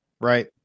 right